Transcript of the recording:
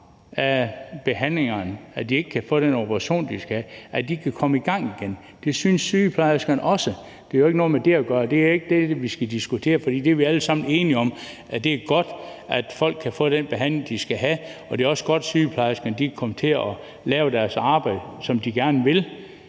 behandlinger, og som ikke kan få den operation, de skal have, kan komme i gang igen. Det synes sygeplejerskerne også. Det har jo ikke noget med det at gøre. Det er ikke det, vi skal diskutere, for det er vi alle sammen enige om: Det er godt, at folk kan få den behandling, de skal have, og det er også godt, at sygeplejerskerne kan komme til at lave deres arbejde, som de gerne vil.